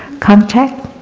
contact,